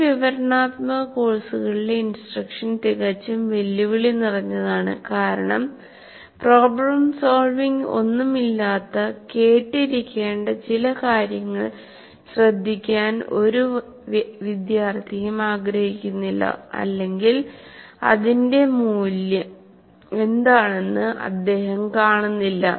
ഈ വിവരണാത്മക കോഴ്സുകളിലെ ഇൻസ്ട്രക്ഷൻ തികച്ചും വെല്ലുവിളി നിറഞ്ഞതാണ് കാരണം പ്രോബ്ലം സോൾവിങ് ഒന്നും ഇല്ലാത്ത കേട്ടിരിക്കേണ്ട ചില കാര്യങ്ങൾ ശ്രദ്ധിക്കാൻ ഒരു വിദ്യാർത്ഥിയും ആഗ്രഹിക്കുന്നില്ല അല്ലെങ്കിൽ അതിന്റെ മൂല്യം എന്താണെന്ന് അദ്ദേഹം കാണുന്നില്ല